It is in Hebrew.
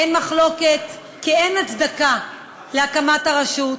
אין מחלוקת כי אין הצדקה להקמת הרשות.